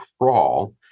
crawl